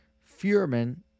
Furman